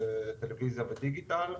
טלוויזיה ודיגיטל,